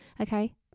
okay